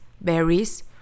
Berries